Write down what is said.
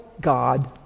God